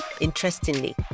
Interestingly